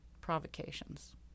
provocations